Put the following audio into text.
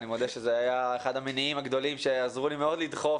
אני מודה שזה היה אחד המניעים הגדולים שעזרו לי מאוד לדחוף